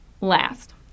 last